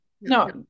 No